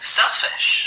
selfish